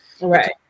Right